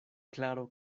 klaro